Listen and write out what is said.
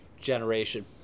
generation